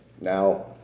Now